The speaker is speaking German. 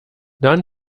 dann